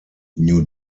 new